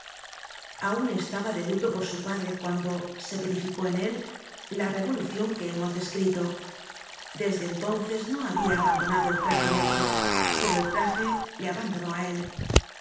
aun estaba de luto por su padre cuando se verificó en él la revolucion que hemos descrito desde entonces no habia abandonado el traje negro pero el traje le abandonó á él